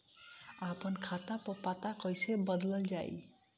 आपन खाता पर पता कईसे बदलल जाई?